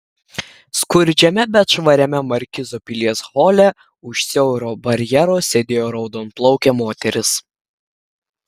skurdžiame bet švariame markizo pilies hole už siauro barjero sėdėjo raudonplaukė moteris